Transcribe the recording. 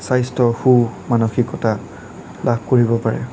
স্বাস্থ্য সু মানসিকতা লাভ কৰিব পাৰে